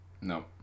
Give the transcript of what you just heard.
No